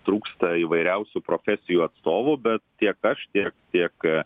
trūksta įvairiausių profesijų atstovų bet tiek aš tiek tiek